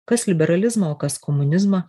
kas liberalizmą o kas komunizmą